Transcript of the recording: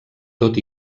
tot